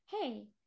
hey